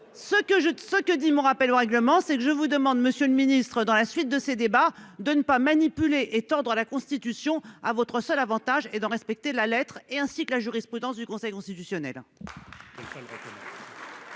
ce que dit mon rappel au règlement, c'est que je vous demande, monsieur le Ministre, dans la suite de ces débats de ne pas manipuler et tendre la constitution à votre seul Avantage et d'en respecter la lettre et ainsi que la jurisprudence du Conseil constitutionnel.